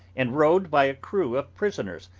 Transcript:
and rowed by a crew of prisoners,